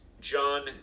John